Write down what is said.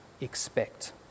expect